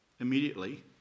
Immediately